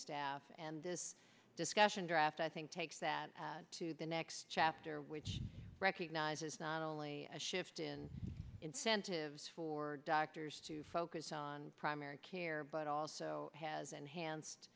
staff and this discussion draft i think takes that to the next chapter which recognizes not only a shift in incentives for doctors to focus on primary care but also has